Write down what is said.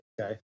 Okay